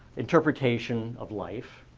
interpretation of life.